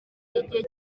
igihe